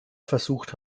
versucht